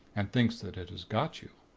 and thinks that it has got you.